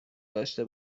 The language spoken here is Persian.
داشته